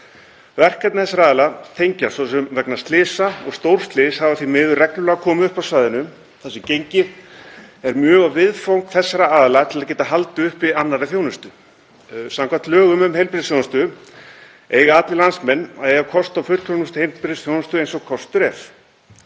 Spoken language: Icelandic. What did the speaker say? Verkefni þessara aðila tengjast, svo sem vegna slysa. Stórslys hafa því miður reglulega koma upp á svæðinu þar sem gengið er mjög á getu þessara aðila til að geta haldið uppi annarri þjónustu. Samkvæmt lögum um heilbrigðisþjónustu eiga allir landsmenn að eiga kost á fullkomnustu heilbrigðisþjónustu sem kostur er